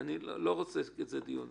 אני לא רוצה דיון על זה.